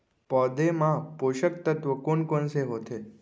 पौधे मा पोसक तत्व कोन कोन से होथे?